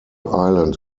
island